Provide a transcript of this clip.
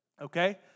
okay